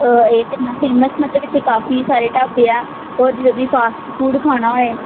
ਇਹ ਕਿੰਨਾ ਫੇਮਸ ਮਤਲਬ ਇੱਥੇ ਕਾਫੀ ਸਾਰੇ ਢਾਬੇ ਹੈ ਔਰ ਜਦੋਂ ਤੁਸੀਂ ਫਾਸਟ ਫੂਡ ਖਾਣਾ ਹੋਵੇ